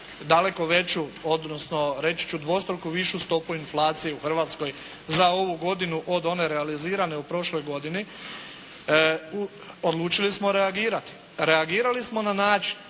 daleko veću odnosno reći ću dvostruko višu stopu inflacije u Hrvatskoj za ovu godinu od one realizirane u prošloj godini. Odlučili smo reagirati. Reagirali smo na način